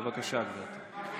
בבקשה, גברתי.